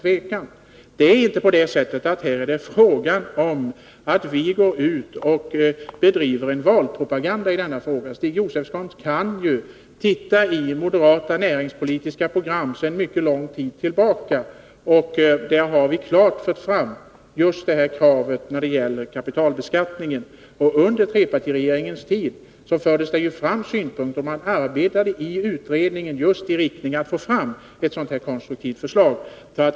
Vi bedriver inte någon valpropaganda i denna fråga. Stig Josefson kan titta i moderata näringspolitiska program sedan mycket lång tid tillbaka. Där har vi klart fört fram just det här kravet när det gäller kapitalbeskattningen. Under trepartiregeringens tid arbetade man i utredningen just i riktning mot att få fram ett sådant här konstruktivt förslag.